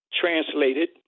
translated